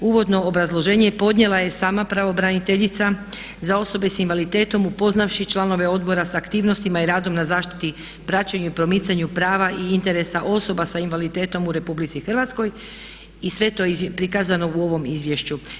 Uvodno obrazloženje podnijela je i sama pravobraniteljica za osobe s invaliditetom upoznavši članove odbora s aktivnostima i radom na zaštiti, praćenju i promicanju prava i interesa osoba s invaliditetom u RH i sve to prikazano u ovom izvješću.